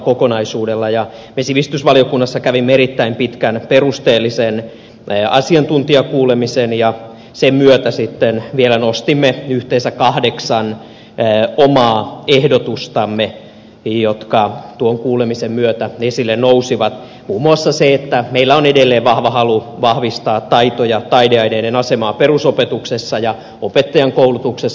me sivistysvaliokunnassa kävimme erittäin pitkän perusteellisen asiantuntijakuulemisen ja sen myötä vielä nostimme esille yhteensä kahdeksan omaa ehdotustamme jotka tuon kuulemisen myötä esille nousivat muun muassa sen että meillä on edelleen vahva halu vahvistaa taito ja taideaineiden asemaa perusopetuksessa ja opettajankoulutuksessa